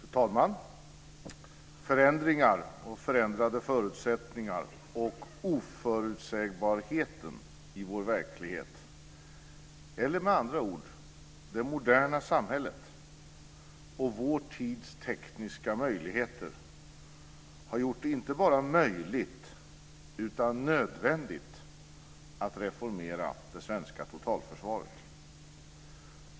Fru talman! Förändringar och förändrade förutsättningar och oförutsägbarheten i vår verklighet, eller med andra ord, det moderna samhället och vår tids tekniska möjligheter, har gjort det inte bara möjligt utan nödvändigt att reformera det svenska totalförsvaret.